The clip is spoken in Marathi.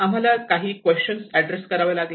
आम्हाला काही की क्वेश्चन्स ऍड्रेस करावे लागले